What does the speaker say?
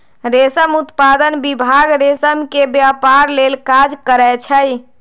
रेशम उत्पादन विभाग रेशम के व्यपार लेल काज करै छइ